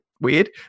weird